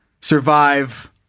survive